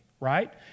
right